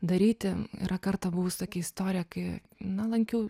daryti yra kartą buvus tokia istorija kai na lankiau